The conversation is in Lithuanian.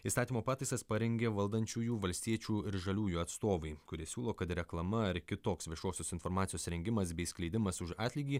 įstatymo pataisas parengė valdančiųjų valstiečių ir žaliųjų atstovai kurie siūlo kad reklama ar kitoks viešosios informacijos rengimas bei skleidimas už atlygį